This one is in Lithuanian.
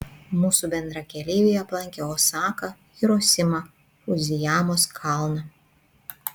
mūsų bendrakeleiviai aplankė osaką hirosimą fudzijamos kalną